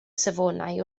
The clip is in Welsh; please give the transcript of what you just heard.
safonau